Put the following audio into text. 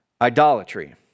idolatry